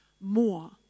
more